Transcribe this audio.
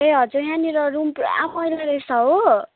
ए हजुर यहाँनिर रूम पूरा मैला रैछ हो